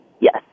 Yes